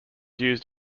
used